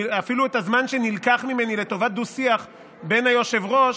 אפילו את הזמן שנלקח ממני לטובת דו-שיח בין היושב-ראש,